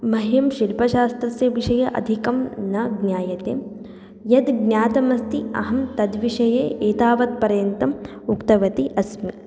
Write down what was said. मह्यं शिल्पशास्त्रस्य विषये अधिकं न ज्ञायते यद् ज्ञातम् अस्ति अहं तद्विषये एतावत् पर्यन्तम् उक्तवती अस्मि